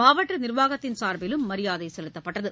மாவட்ட நிர்வாகத்தின் சார்பிலும் மரியாதை செலுத்தப்பட்டது